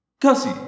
Cassie